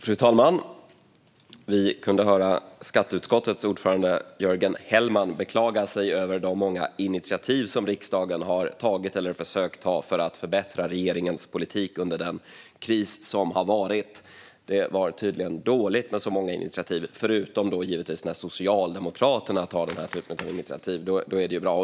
Fru talman! Vi kunde höra skatteutskottets ordförande Jörgen Hellman beklaga sig över de många initiativ som riksdagen har tagit eller försökt ta för att förbättra regeringens politik under den kris som har varit. Det var tydligen dåligt med så många initiativ - förutom givetvis när Socialdemokraterna tar denna typ av initiativ, för då är det ju bra.